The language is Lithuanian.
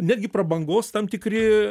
netgi prabangos tam tikri